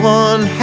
one